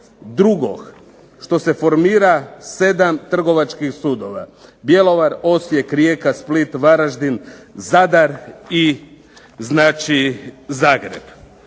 drugog, što se formira 7 trgovačkih sudova. Bjelovar, Rijeka, Osijek, Split, Varaždin, Zadar i znači Zagreb.